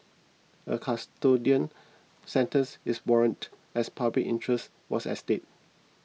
a custodial sentence is warranted as public interest was at stake